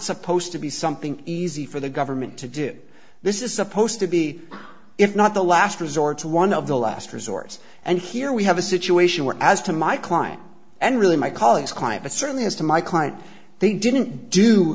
supposed to be something easy for the government to do this is supposed to be if not the last resort to one of the last resorts and here we have a situation where as to my client and really my colleague's client but certainly as to my client they didn't do